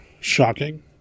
shocking